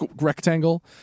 rectangle